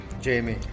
Jamie